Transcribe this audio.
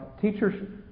Teachers